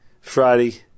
Friday